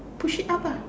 push it up ah